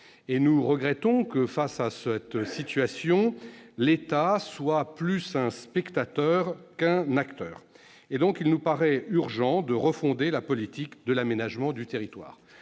Nous regrettons que, face à cette situation, l'État soit plus un spectateur qu'un acteur. Il nous paraît donc urgent de refonder la politique de l'aménagement du territoire.